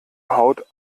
haut